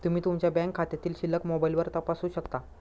तुम्ही तुमच्या बँक खात्यातील शिल्लक मोबाईलवर तपासू शकता